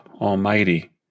Almighty